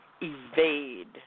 evade